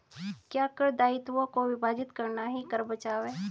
क्या कर दायित्वों को विभाजित करना ही कर बचाव है?